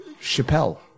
Chappelle